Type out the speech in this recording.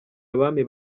abami